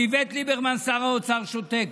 איווט ליברמן, שר האוצר, שותק.